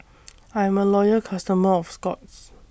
I'm A Loyal customer of Scott's